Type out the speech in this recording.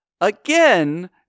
again